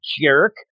jerk